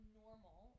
normal